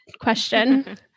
question